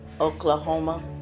Oklahoma